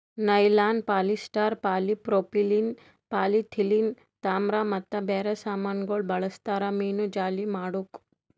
nylon, polyester, polypropylene, polythene, ತಾಮ್ರ ಮತ್ತ ಬೇರೆ ಸಾಮಾನಗೊಳ್ ಬಳ್ಸತಾರ್ ಮೀನುಜಾಲಿ ಮಾಡುಕ್